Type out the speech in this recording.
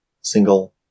single